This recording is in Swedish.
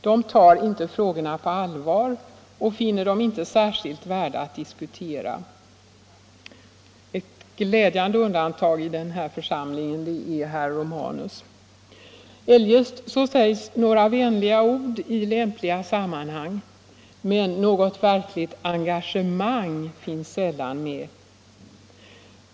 De tar inte frågorna på allvar och finner dem inte särskilt värda att diskutera. Ett glädjande undantag i den här församlingen är herr Romanus. Eljest sägs några vänliga ord i lämpliga sammanhang, men något verkligt engagemang finns sällan med.